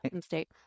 state